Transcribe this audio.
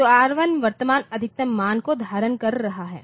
तो R1 वर्तमान अधिकतम मान को धारण कर रहा है